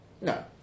No